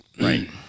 Right